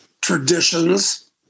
traditions